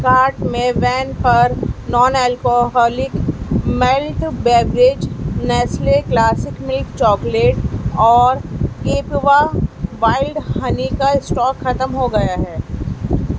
cart میں وین پر non alcoholic malt beverage Nestle classic milk chocolate اور کیپوا وائلڈ ہنی کا اسٹاک ختم ہو گیا ہے